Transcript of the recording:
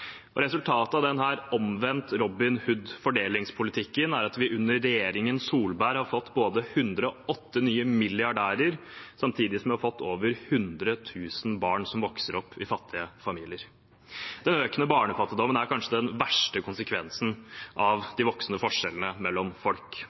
Resultatet av denne omvendte Robin Hood-fordelingspolitikken er at vi under regjeringen Solberg har fått 108 nye milliardærer samtidig som vi har fått over 100 000 barn som vokser opp i fattige familier. Den økende barnefattigdommen er kanskje den verste konsekvensen av